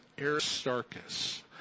Aristarchus